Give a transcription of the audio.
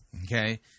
okay